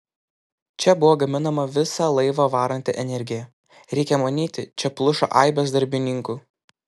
čia buvo gaminama visą laivą varanti energija reikia manyti čia plušo aibės darbininkų